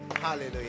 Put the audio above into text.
Hallelujah